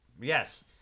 Yes